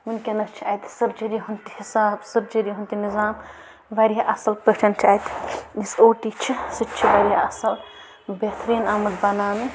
وٕنۍکٮ۪نَس چھِ اَتہِ سٔرجٔری ہُنٛد تہِ حِساب سٔرجٔری ہُنٛد تہِ نِظام واریاہ اَصٕل پٲٹھۍ چھُ اَتہِ یُس او ٹی چھِ سُہ تہِ چھُ واریاہ اَصٕل بہتریٖن آمُت بناونہٕ